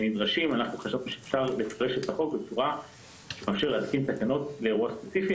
חשבנו שאפשר לפרש את החוק בצורה שתאפשר להתקין תקנות לאירוע ספציפי,